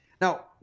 Now